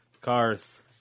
cars